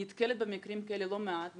נתקלת במקרים כאלה לא מעט.